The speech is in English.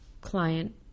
client